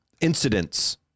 incidents